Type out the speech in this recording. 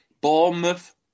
Bournemouth